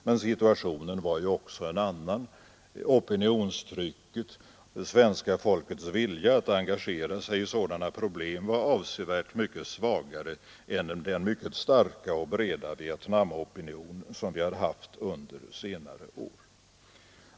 Men situationen var ju också en annan; opinionstrycket och det svenska folkets vilja att engagera sig i sådana problem var avsevärt mycket svagare än den mycket starka och breda Vietnamopinion som vi har haft under senare år.